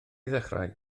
ddechrau